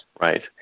Right